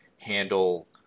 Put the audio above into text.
handle